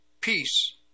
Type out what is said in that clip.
Peace